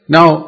Now